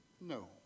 No